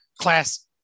class